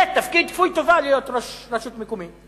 זה תפקיד כפוי טובה להיות ראש רשות מקומית.